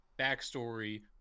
backstory